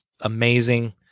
amazing